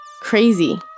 Crazy